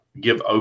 give